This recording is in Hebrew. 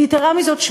ויתרה מזאת,